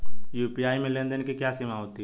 UPI में लेन देन की क्या सीमा होती है?